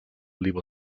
leave